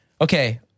okay